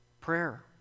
Prayer